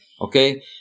okay